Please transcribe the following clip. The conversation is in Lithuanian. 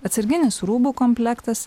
atsarginis rūbų komplektas